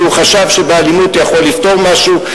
שהוא חשב שבאלימות הוא יכול לפתור משהו.